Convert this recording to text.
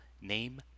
Name